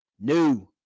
New